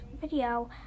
video